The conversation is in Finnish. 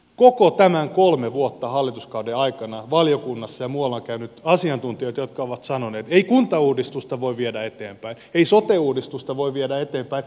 koko tämän kolme vuotta hallituskauden aikana valiokunnassa ja muualla on käynyt asiantuntijoita jotka ovat sanoneet että ei kuntauudistusta voi viedä eteenpäin ei sote uudistusta voi viedä eteenpäin ennen kuin on rahoitusjärjestelmä tiedossa